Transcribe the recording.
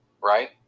right